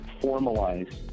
formalize